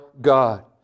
God